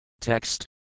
Text